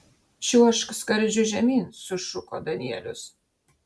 čiuožk skardžiu žemyn sušuko danielius